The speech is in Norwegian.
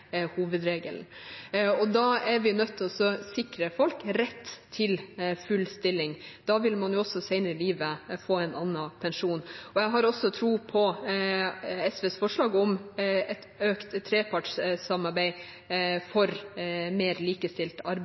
hovedregelen. Da er vi nødt til å sikre folk rett til full stilling. Da vil man også senere i livet få en annen pensjon. Jeg har også tro på SVs forslag om et økt trepartssamarbeid for mer likestilt